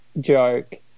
joke